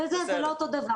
וזה זה לא אותו דבר.